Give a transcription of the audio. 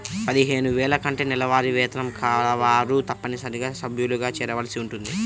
పదిహేను వేల కంటే నెలవారీ వేతనం కలవారు తప్పనిసరిగా సభ్యులుగా చేరవలసి ఉంటుంది